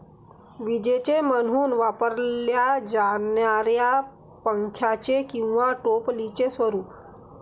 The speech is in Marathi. विजेते म्हणून वापरल्या जाणाऱ्या पंख्याचे किंवा टोपलीचे स्वरूप